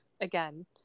again